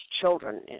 children